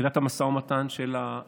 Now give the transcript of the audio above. יחידת המשא ומתן של המשטרה.